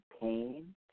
pain